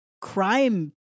crime